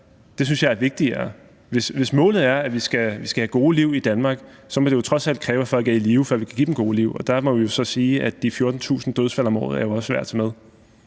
Det synes jeg er vigtigere. Hvis målet er, at vi skal have gode liv i Danmark, så må det jo trods alt kræve, at folk er i live, før vi kan give dem gode liv. Og der må vi så sige, at de 14.000 dødsfald om året jo også er værd at tage med.